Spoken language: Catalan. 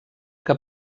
que